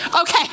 Okay